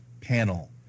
panel